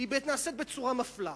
היא נעשית בצורה מפלה,